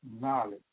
knowledge